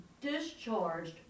discharged